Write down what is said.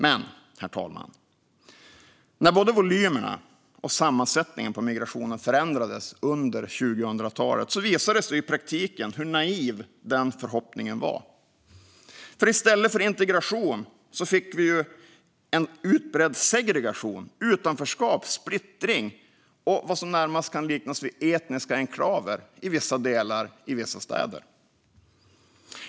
Men, herr talman, när både volymerna och sammansättningen på migrationen förändrades under 2000-talet visade det sig i praktiken hur naiv den förhoppningen var. I stället för integration fick vi en utbredd segregation med utanförskap, splittring och vad som närmast kan liknas vid etniska enklaver i vissa delar av vissa städer.